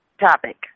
topic